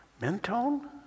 mentone